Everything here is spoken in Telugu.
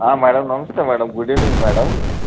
madam namaste madam good evening madam